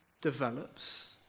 develops